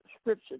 scripture